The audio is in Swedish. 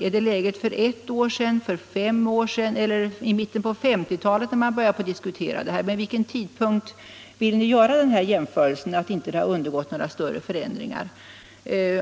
Är det läget för eu år sedan, för fem år sedan, eller med läget i mitten av 1950-talet, då man började diskutera dessa problem? Med vilken tidpunkt vill ni göra jämförelsen att narkotikamarknaden inte undergått några större förändringar?